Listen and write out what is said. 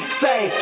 say